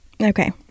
Okay